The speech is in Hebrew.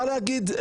מה להגיד,